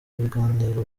ibiganiro